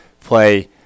play